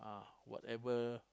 whatever